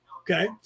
okay